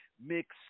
mixed